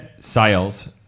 sales